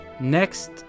next